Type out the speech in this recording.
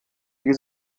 die